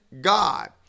God